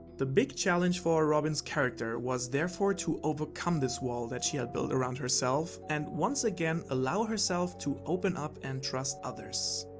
the big challenge for robin's character was therefore to overcome this wall she has built around herself and once again allow herself to open up and trust others.